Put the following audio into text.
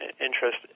interest